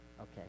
Okay